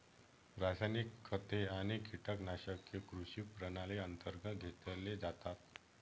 रासायनिक खते आणि कीटकनाशके कृषी प्रणाली अंतर्गत घेतले जातात